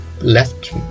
left